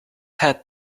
had